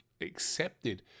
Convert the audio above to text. accepted